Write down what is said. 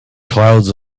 clouds